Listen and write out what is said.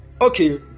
okay